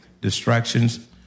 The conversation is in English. distractions